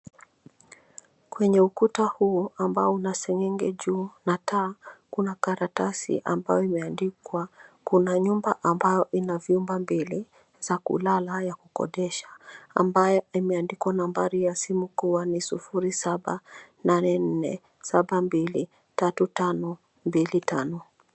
Kwenye ukutu huu ambao una seng'enge juu na taa kuna karatasi ambayo imeandikwa "kuna nyumba ambayo ina vyumba mbili za kulala ya kukodesha" ambayo imeandikwa nambari ya simu kuwa ni 0784723525.